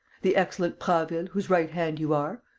the excellent prasville, whose right hand you are.